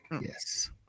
Yes